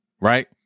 Right